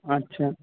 আচ্ছা